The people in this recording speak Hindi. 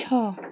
छह